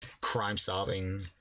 crime-solving